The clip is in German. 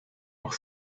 auch